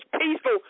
peaceful